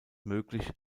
möglich